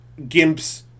gimps